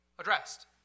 addressed